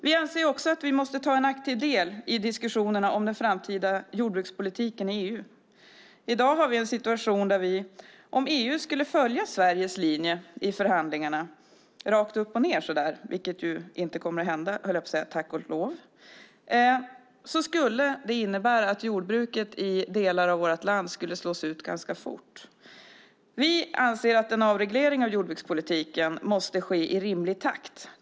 Vi anser att vi måste ta en aktiv del i diskussionerna om den framtida jordbrukspolitiken i EU. I dag har vi en situation där vi, om EU skulle följa Sveriges linje i förhandlingarna rakt upp och ned - vilket tack och lov, höll jag på att säga, inte kommer att hända - skulle innebära att jordbruket i stora delar av landet skulle slås ut ganska fort. Vi anser att en avreglering av jordbrukspolitiken måste ske i rimlig takt.